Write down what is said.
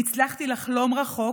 הצלחתי לחלום רחוק